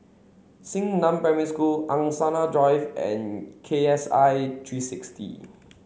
Xingnan Primary School Angsana Drive and K S I three sixty